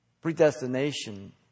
Predestination